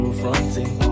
fronting